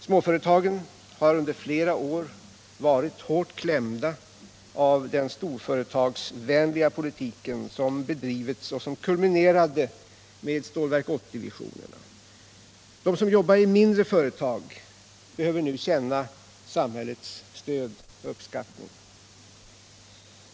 Småföretagen har under flera år varit hårt klämda av den storföretagsvänliga politik som bedrivits och som kulminerade med Stålverk 80-visionerna. De som jobbar i mindre företag behöver nu känna sam hällets stöd och uppskattning.